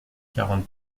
quarante